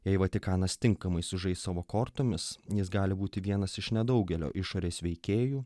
jei vatikanas tinkamai sužais savo kortomis jis gali būti vienas iš nedaugelio išorės veikėjų